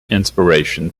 inspiration